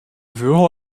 viola